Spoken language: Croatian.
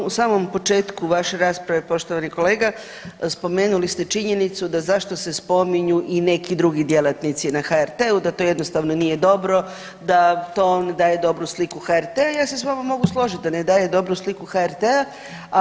U samom početku vaše rasprave poštovani kolega spomenuli ste činjenicu da zašto se spominju i neki drugi djelatnici na HRT-u, da to jednostavno nije dobro, da to ne daje dobru sliku HRT-a i ja se sa vama mogu složiti da ne daje dobru sliku HRT-a.